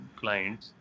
clients